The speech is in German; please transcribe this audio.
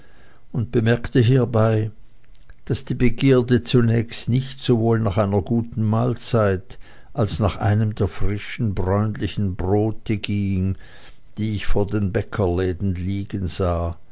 und bemerkte hiebei daß die begierde zunächst nicht sowohl nach einer guten mahlzeit als nach einem der frischen bräunlichen brote ging die ich vor den bäckerläden liegen sah